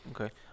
Okay